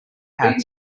hat